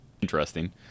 interesting